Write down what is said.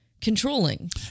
Controlling